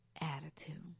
attitude